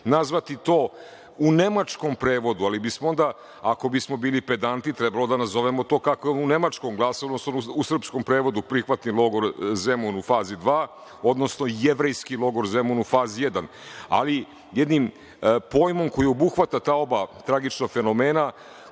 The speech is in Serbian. nazvati to u nemačkom prevodu, ali bismo onda, ako bismo bili pedantni, trebalo da nazovemo kako je u nemačkom glasilo, odnosno u srpskom prevodu prihvatni logor Zemun u fazi dva, odnosno Jevrejski logor Zemun u fazi 1, ali jednim pojmom koji obuhvata ta oba tragična fenomena,